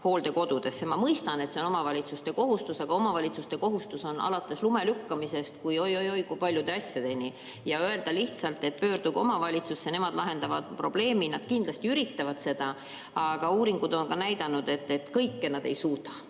Ma mõistan, et see on omavalitsuste kohustus, aga omavalitsuste kohustused ulatuvad alates lume lükkamisest oi-oi-oi, kui paljude asjadeni. Öelda lihtsalt, et pöörduge omavalitsusse, nemad lahendavad probleemi – nad kindlasti üritavad seda, aga uuringud on näidanud, et kõike nad ei suuda.